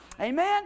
Amen